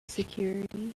security